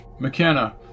McKenna